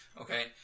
Okay